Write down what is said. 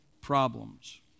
problems